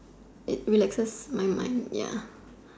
it relaxes my mind ya